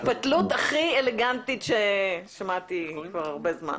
זאת ההתפתלות הכי אלגנטית ששמעתי כבר הרבה זמן.